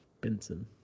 Benson